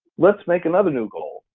let's make another new goal,